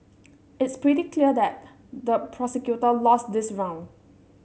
it's pretty clear that the prosecutor lost this round